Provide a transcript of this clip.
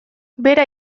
bera